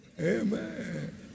Amen